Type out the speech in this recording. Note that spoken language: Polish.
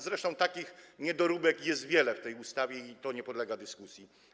Zresztą takich niedoróbek jest wiele w tej ustawie, to nie podlega dyskusji.